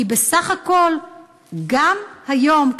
כי בסך הכול גם היום,